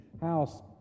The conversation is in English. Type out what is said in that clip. house